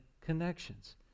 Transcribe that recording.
connections